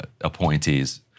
appointees